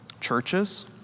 churches